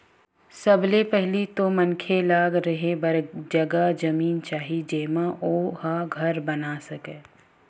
सबले पहिली तो मनखे ल रेहे बर जघा जमीन चाही जेमा ओ ह घर बना सकय